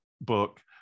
book